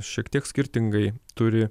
šiek tiek skirtingai turi